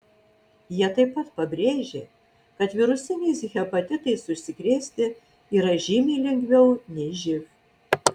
jie taip pat pabrėžė kad virusiniais hepatitais užsikrėsti yra žymiai lengviau nei živ